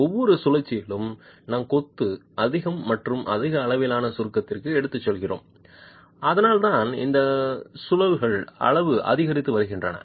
ஒவ்வொரு சுழற்சியிலும் நாம் கொத்து அதிக மற்றும் அதிக அளவிலான சுருக்கத்திற்கு எடுத்துச் செல்கிறோம் அதனால்தான் இந்த சுழல்கள் அளவு அதிகரித்து வருகின்றன